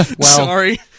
sorry